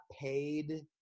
paid